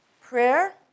prayer